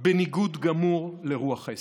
בניגוד גמור לרוח ההסכם,